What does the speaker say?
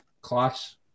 class